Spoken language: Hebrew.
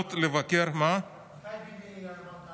הנכונות לוותר, " מתי ביבי אמר את זה?